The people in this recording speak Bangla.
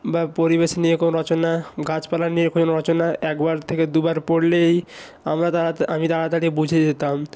বা পরিবেশ নিয়ে কোনো রচনা গাছপালা নিয়ে কোনো রচনা একবার থেকে দুবার পড়লেই আমরা আমি তাড়াতাড়ি বুঝে যেতাম